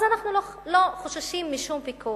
אז אנחנו לא חוששים משום פיקוח.